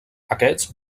aquests